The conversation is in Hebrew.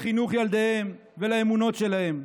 לחינוך ילדיהם ולאמונות שלהם.